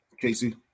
Casey